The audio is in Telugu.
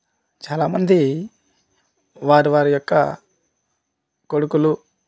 చాలామంది వారి వారి యొక్క కొడుకులు